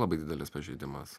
labai didelis pažeidimas